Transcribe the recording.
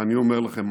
ואני אומר לכם,